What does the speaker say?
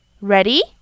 Ready